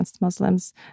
Muslims